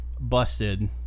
busted